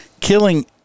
killing